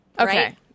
Okay